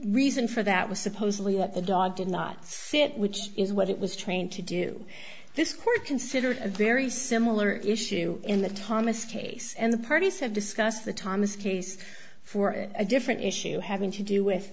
reason for that was supposedly what the dog did not sit which is what it was trained to do this court considered a very similar issue in the thomas case and the parties have discussed the thomas case for a different issue having to do